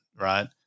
right